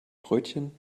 brötchen